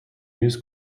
news